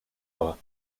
bras